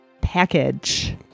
package